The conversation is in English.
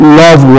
love